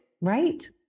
Right